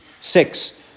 Six